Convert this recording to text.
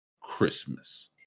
Christmas